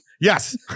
Yes